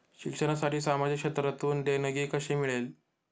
शिक्षणासाठी सामाजिक क्षेत्रातून देणगी कशी मिळेल?